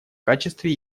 качестве